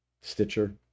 Stitcher